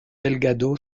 delgado